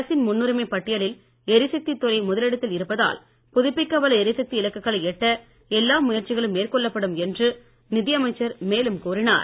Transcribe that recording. அரசின் முன்னுரிமை பட்டியலில் எரிசக்தி துறை முதலிடத்தில் இருப்பதால் புதுப்பிக்கவல்ல எரிசக்தி இலக்குகளை எட்ட எல்லா முயற்சிகளும் மேற்கொள்ளப்படும் என்று நிதியமைச்சர் மேலும் கூறினார்